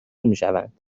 میشوند